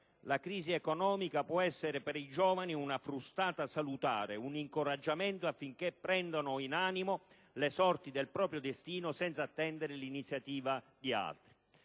la crisi economica può essere per i giovani una frustata salutare e un incoraggiamento, affinché prendano in animo le sorti del proprio destino senza attendere l'iniziativa di altri.